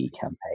campaign